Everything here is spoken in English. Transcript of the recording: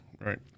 right